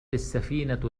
السفينة